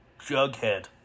Jughead